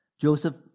Joseph